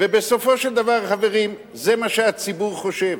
ובסופו של דבר, חברים, זה מה שהציבור חושב.